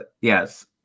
yes